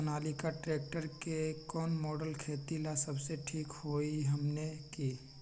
Sonalika tractor के कौन model खेती ला सबसे ठीक होई हमने की?